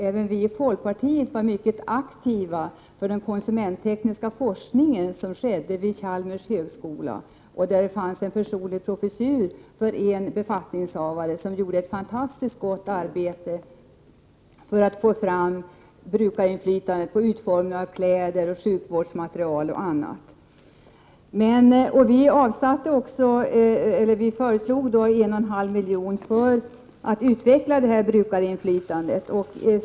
Även vi i folkpartiet var mycket aktiva och vi intresserade oss för den konsumenttekniska forskningen som skedde vid Chalmers tekniska högskola, där det fanns en personlig professur för en befattningshavare som gjorde ett fantastiskt gott arbete för att få fram brukarinflytande när det gäller utformning av kläder, sjukvårdsmaterial och annat. Vi föreslog också att 1,5 milj.kr. skulle avsättas för att man skulle kunna utveckla brukarinflytandet.